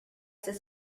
this